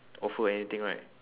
offer anything right